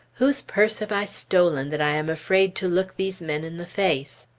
whose purse have i stolen, that i am afraid to look these men in the face?